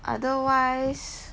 otherwise